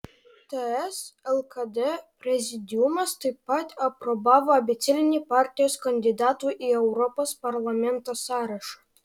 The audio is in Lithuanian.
ts lkd prezidiumas taip pat aprobavo abėcėlinį partijos kandidatų į europos parlamentą sąrašą